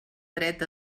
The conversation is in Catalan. dret